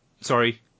sorry